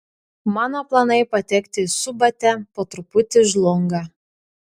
mano planai patekti į subatę po truputį žlunga